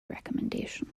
recomendation